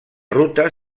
ruta